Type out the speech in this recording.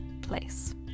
place